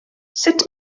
sut